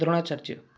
Dronacharya